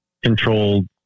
controlled